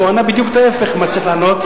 שענה בדיוק את ההיפך ממה שצריך לענות.